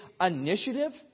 initiative